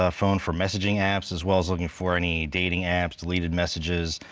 ah phone for messaging apps, as well as looking for any dating apps, deleted messages,